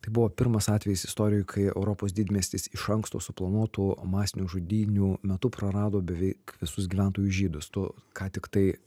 tai buvo pirmas atvejis istorijoj kai europos didmiestis iš anksto suplanuotų masinių žudynių metu prarado beveik visus gyventojus žydus tu ką tiktai